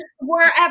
wherever